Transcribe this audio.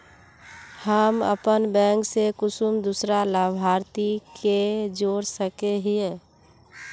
हम अपन बैंक से कुंसम दूसरा लाभारती के जोड़ सके हिय?